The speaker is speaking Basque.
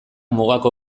mugako